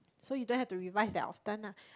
so you don't have to revise that often lah